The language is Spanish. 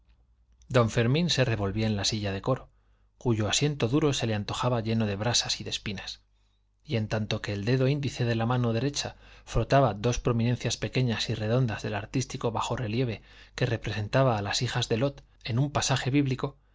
don fermín se revolvía en la silla de coro cuyo asiento duro se le antojaba lleno de brasas y de espinas y en tanto que el dedo índice de la mano derecha frotaba dos prominencias pequeñas y redondas del artístico bajo relieve que representaba a las hijas de lot en un pasaje bíblico